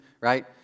right